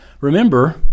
Remember